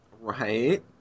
right